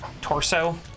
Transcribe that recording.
torso